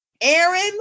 Aaron